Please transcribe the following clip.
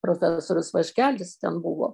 profesorius vaškelis ten buvo